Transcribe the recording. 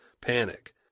panic